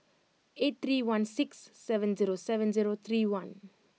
eight three one six seven zero seven zero three one